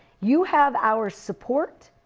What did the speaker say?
you have our support.